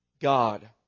God